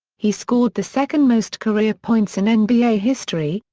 he scored the second most career points in and nba history,